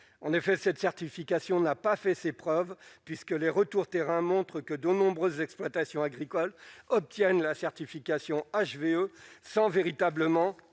en effet cette certification n'a pas fait ses preuves, puisque les retours terrain montre que de nombreuses exploitations agricoles obtiennent la certification HVE sans véritablement